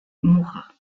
mora